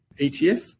ETF